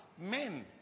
Men